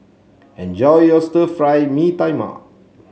enjoy your Stir Fry Mee Tai Mak